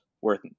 worth